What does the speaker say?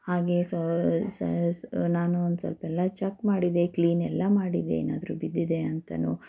ಹಾಗೆ ನಾನು ಒಂದು ಸ್ವಲ್ಪ ಎಲ್ಲ ಚೆಕ್ ಮಾಡಿದೆ ಕ್ಲೀನೆಲ್ಲ ಮಾಡಿದೆ ಏನಾದರೂ ಬಿದ್ದಿದೆ ಅಂತಾನೂ